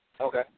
Okay